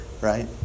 right